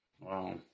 Wow